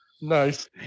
Nice